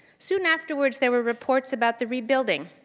soon afterwards, there were reports about the rebuilding.